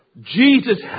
Jesus